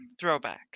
throwbacks